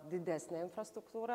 didesnė infrastruktūra